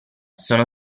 sono